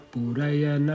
Puraya